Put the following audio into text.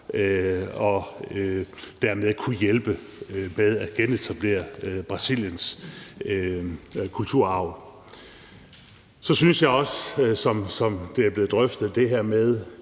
dermed hjælpe med at genetablere Brasiliens kulturarv. Så synes jeg også, som det er blevet drøftet, at det her med